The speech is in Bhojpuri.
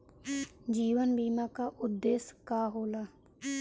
जीवन बीमा का उदेस्य का होला?